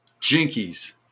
Jinkies